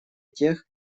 тех